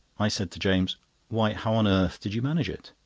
i said to james why, how on earth did you manage it?